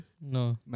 No